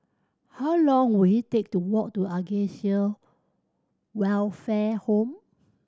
how long will it take to walk to Acacia Welfare Home